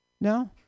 No